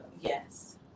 Yes